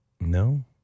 No